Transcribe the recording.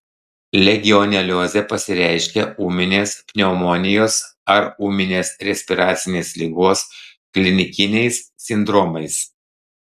legioneliozė pasireiškia ūminės pneumonijos ar ūminės respiracinės ligos klinikiniais sindromais